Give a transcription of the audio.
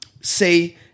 Say